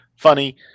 funny